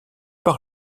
par